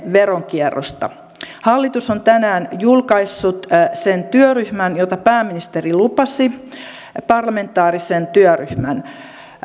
veronkierrosta hallitus on tänään julkaissut sen työryhmän jonka pääministeri lupasi parlamentaarisen työryhmän